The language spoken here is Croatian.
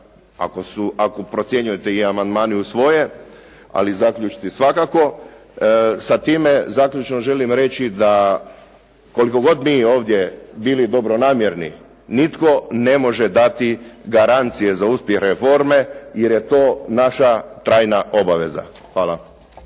ako procjenjujete i amandmani usvoje, ali zaključci svakako. Sa time, zaključno želim reći da koliko god mi ovdje bili dobronamjerni nitko ne može dati garancije za uspjeh reforme, jer je to naša trajna obaveza. Hvala.